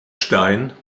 stein